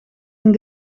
een